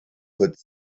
put